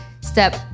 step